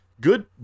good